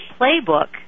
playbook